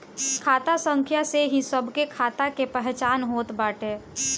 खाता संख्या से ही सबके खाता के पहचान होत बाटे